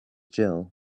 jill